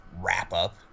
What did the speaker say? wrap-up